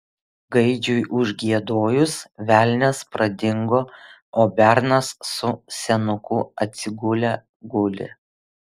gaidžiui užgiedojus velnias pradingo o bernas su senuku atsigulę guli